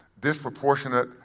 disproportionate